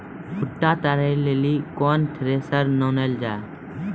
बूटा तैयारी ली केन थ्रेसर आनलऽ जाए?